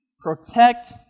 protect